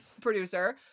producer